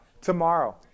Tomorrow